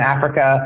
Africa